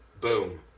boom